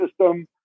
system